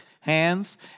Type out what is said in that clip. hands